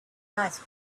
nice